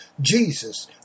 Jesus